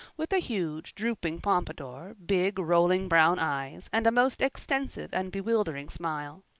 with a huge, drooping pompadour, big, rolling brown eyes, and a most extensive and bewildering smile.